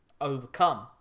overcome